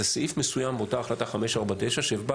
זה סעיף מסוים באותה החלטה 549 שבא